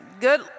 Good